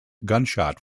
gunshot